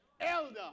elder